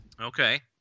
Okay